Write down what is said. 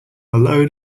load